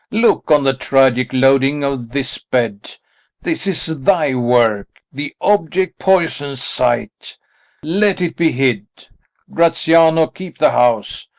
look on the tragic loading of this bed this is thy work the object poisons sight let it be hid gratiano, keep the house,